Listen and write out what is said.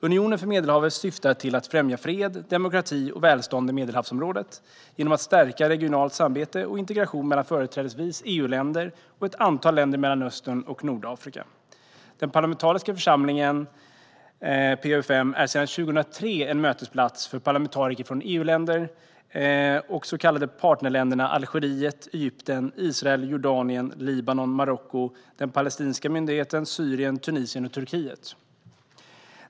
Unionen för Medelhavet syftar till att främja fred, demokrati och välstånd i Medelhavsområdet genom att stärka regionalt samarbete och integration mellan företrädesvis EU-länder och ett antal länder i Mellanöstern och Nordafrika. Den parlamentariska församlingen PA-UfM är sedan 2003 en mötesplats för parlamentariker från EU-länder och de så kallade partnerländerna Algeriet, Egypten, Israel, Jordanien, Libanon, Marocko, den palestinska myndigheten, Syrien, Tunisien och Turkiet.